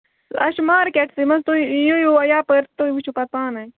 اسہِ چھُ مارکیٹسٕے منٛز تُہۍ ییو یور یپٲرۍ تُہۍ وُچھِو پَتہٕ پانَے